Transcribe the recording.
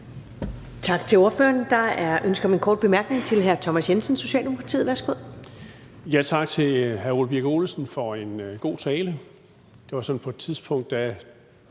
Tak til ordføreren. Der er ønske om en kort bemærkning til hr. Thomas Jensen, Socialdemokratiet. Værsgo. Kl. 15:29 Thomas Jensen (S): Tak til hr. Ole Birk Olesen for en god tale. På et tidspunkt var